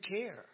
care